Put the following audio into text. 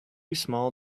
small